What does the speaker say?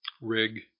rig